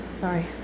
Sorry